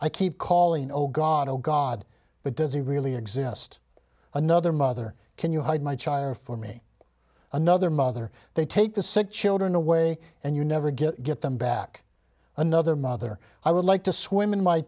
i keep calling oh god oh god but does he really exist another mother can you hide my child for me another mother they take the sick children away and you never get get them back another mother i would like to swim in my